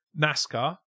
NASCAR